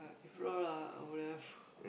if not ah I would have